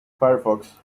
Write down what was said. firefox